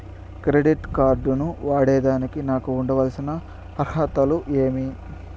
Credit card ను వాడేదానికి నాకు ఉండాల్సిన అర్హతలు ఏమి?